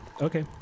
Okay